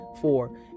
four